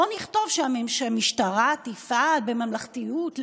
בואו נכתוב שהמשטרה תפעל בממלכתיות,